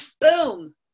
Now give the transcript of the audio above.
boom